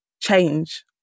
change